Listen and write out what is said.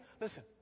listen